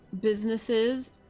businesses